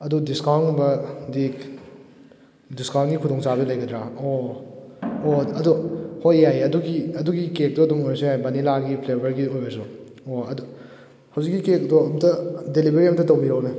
ꯑꯗꯣ ꯗꯤꯁꯀꯥꯎꯟꯒꯨꯝꯕꯗꯤ ꯗꯤꯁꯀꯥꯎꯟꯒꯤ ꯈꯨꯗꯣꯡ ꯆꯥꯕꯗꯤ ꯂꯩꯒꯗ꯭ꯔꯥ ꯑꯣ ꯍꯣꯏ ꯍꯣꯏ ꯑꯗꯣ ꯍꯣꯏ ꯌꯥꯏꯌꯦ ꯑꯗꯨꯒꯤ ꯑꯗꯨꯒꯤ ꯀꯦꯛꯇꯣ ꯑꯗꯨꯝ ꯑꯣꯏꯔꯁꯨ ꯌꯥꯏ ꯕꯥꯅꯤꯂꯥꯒꯤ ꯐ꯭ꯂꯦꯕꯔꯒꯤ ꯑꯣꯏꯔꯁꯨ ꯑꯣ ꯑꯗꯨ ꯍꯧꯖꯤꯛꯀꯤ ꯀꯦꯛꯇꯣ ꯑꯃꯨꯛꯇ ꯗꯦꯂꯤꯕꯔꯤ ꯑꯃꯇ ꯇꯧꯕꯤꯔꯛꯑꯣꯅꯦ